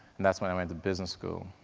and that's when i went to business school.